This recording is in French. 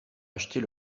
acheter